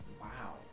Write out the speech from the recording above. Wow